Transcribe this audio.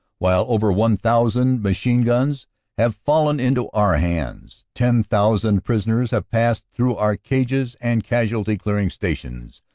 while over one thousand machine-guns have fallen into our hands. ten thousand prisoners have passed through our cages and casualty clearing stations,